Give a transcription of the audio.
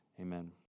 Amen